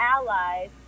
allies